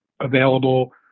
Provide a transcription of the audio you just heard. available